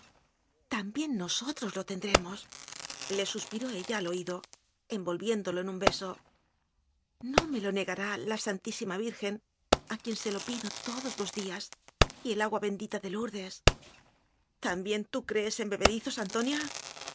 también nosotros lo tendremosle sus á piró ella al oído envolviéndolo en un beso no me lo negará la santísima virgen a quien se lo pido todos los días y el agua bendita de lourdes también tú crees en bebedizos antonia